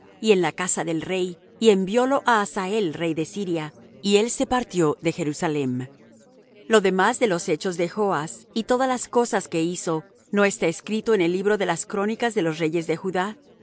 y habitó en casa separada y jotham hijo del rey tenía el cargo del palacio gobernando al pueblo de la tierra lo demás de los hechos de azarías y todas las cosas que hizo no está escrito en el libro de las crónicas de los reyes de judá